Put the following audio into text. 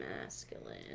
masculine